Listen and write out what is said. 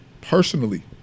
personally